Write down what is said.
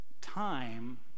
time